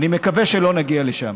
אני מקווה שלא נגיע לשם.